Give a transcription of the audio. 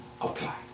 apply